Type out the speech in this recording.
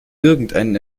irgendeinen